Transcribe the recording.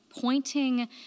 pointing